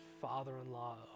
father-in-law